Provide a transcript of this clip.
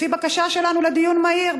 לפי בקשה שלנו לדיון מהיר,